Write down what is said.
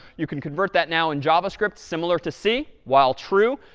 you can convert that now in javascript, similar to c, while true,